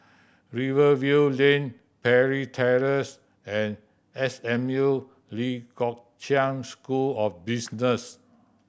Rivervale Lane Parry Terrace and S M U Lee Kong Chian School of Business